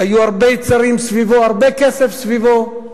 היו הרבה יצרים סביבו, הרבה כסף סביבו,